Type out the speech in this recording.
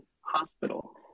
hospital